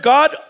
God